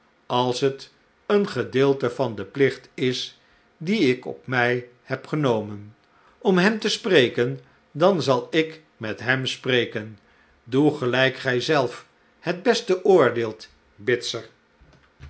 als het een gedeelte van den plicht is dien ik op mij heb genomen om hem te spreken dan zal ik met hem spreken doe gelijk gij zelf het best oordeelt bitzer